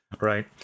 Right